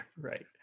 right